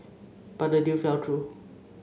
but the deal fell through